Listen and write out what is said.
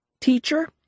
Teacher